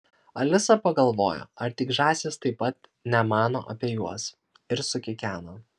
alisa pagalvojo ar tik žąsys taip pat nemano apie juos ir sukikeno